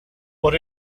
what